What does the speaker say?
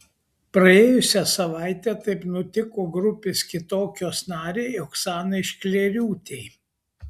praėjusią savaitę taip nutiko grupės kitokios narei oksanai šklėriūtei